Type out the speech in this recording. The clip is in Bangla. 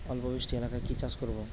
অল্প বৃষ্টি এলাকায় কি চাষ করব?